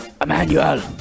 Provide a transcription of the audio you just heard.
Emmanuel